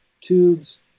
tubes